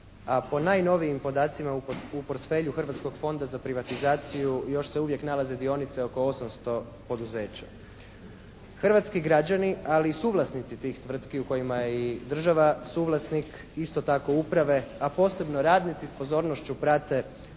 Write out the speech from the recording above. a u najnovijim podacima u portfelju Hrvatskog fonda za privatizaciju još se uvijek nalaze dionice oko 800 poduzeća. Hrvatski građani ali i suvlasnici tih tvrtki u kojima je i država suvlasnik, isto tako uprave, a posebno radnici s pozornošću prate